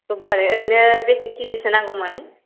रबिबारै ओरैनो बेसे केजिसो नांगौमोन